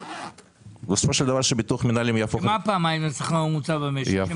כי בסופו של דבר שביטוח מנהלים יהפוך --- מה פעמיים משכר הממוצע במשק?